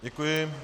Děkuji.